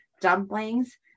dumplings